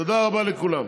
תודה רבה לכולם.